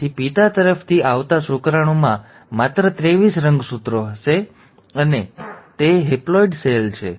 તેથી પિતા તરફથી આવતા શુક્રાણુમાં માત્ર ત્રેવીસ રંગસૂત્રો હશે તેથી તે હેપ્લોઇડ સેલ છે